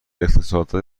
اقتصادهای